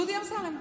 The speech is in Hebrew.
דודי אמסלם.